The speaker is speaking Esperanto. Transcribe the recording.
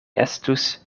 estus